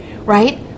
Right